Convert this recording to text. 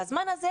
בזמן הזה,